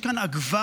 יש כאן אקווריום,